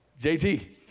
JT